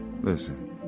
Listen